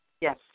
Yes